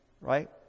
right